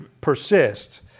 persist